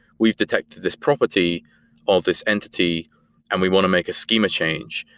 we've detected this property of this entity and we want to make a schema change.